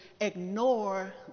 ignore